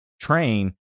train